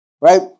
Right